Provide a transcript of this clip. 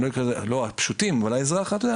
אני לא אקרא לזה הפשוטים אבל האזרח בקצה,